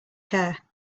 care